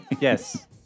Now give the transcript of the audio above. Yes